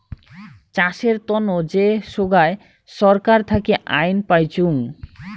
চাষের তন্ন যে সোগায় ছরকার থাকি আইন পাইচুঙ